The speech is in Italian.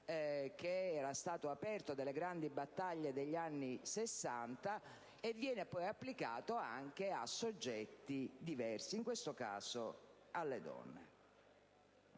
che era stato aperto dalle grandi battaglie degli anni Sessanta e viene poi applicato anche a soggetti diversi, in questo caso alle donne.